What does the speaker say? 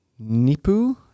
Nipu